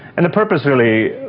and the purpose really,